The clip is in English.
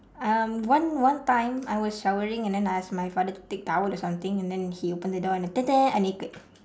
um one one time I was showering and then I ask my father to take towel or something and then he open the door and then ta da I naked